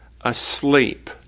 asleep